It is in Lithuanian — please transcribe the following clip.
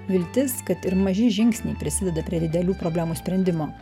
viltis kad ir maži žingsniai prisideda prie didelių problemų sprendimo